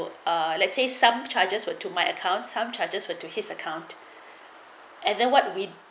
to uh let's say some charges were to my account some charges went to his account and then what we